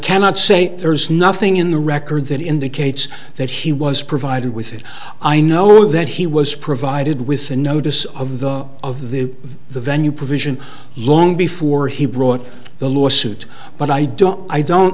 cannot say there's nothing in the record that indicates that he was provided with it i know that he was provided with a notice of the of the the venue provision long before he brought the lawsuit but i don't i don't